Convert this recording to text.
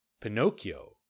Pinocchio